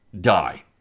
die